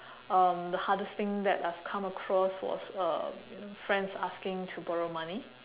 um the hardest thing that I've come across was uh you know friends asking to borrow money